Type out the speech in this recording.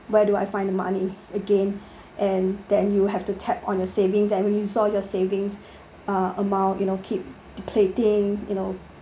where do I find the money again and then you have to tap on your savings and you saw your savings uh amount you know keep depleting you know